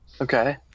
Okay